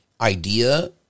idea